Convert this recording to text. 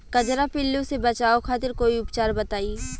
कजरा पिल्लू से बचाव खातिर कोई उपचार बताई?